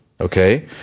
okay